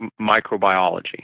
microbiology